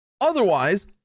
Otherwise